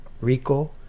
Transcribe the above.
Rico